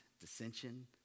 dissension